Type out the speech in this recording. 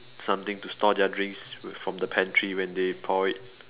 something to store their drinks from the pantry when they pour it